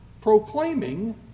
proclaiming